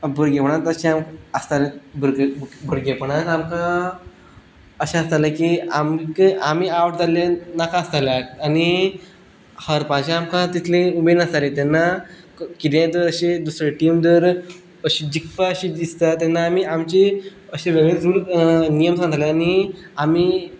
भुरगेपणान तशें आसतालें भुरगेपणान आमकां अशें आसताले की आमकां आमी आवट जाल्ले नाका आसताले आनी हरपाचें आमकां तितलें उमेद नासताली तेन्ना कितेंय तर अशें दुसरे टीम जर अशी जिखपाशी दिसता तेन्ना आमी आमची अशी वेगळीच नियम सांगताले आनी आमी